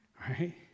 right